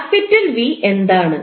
capital V എന്താണ്